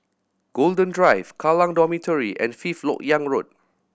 Golden Drive Kallang Dormitory and Fifth Lok Yang Road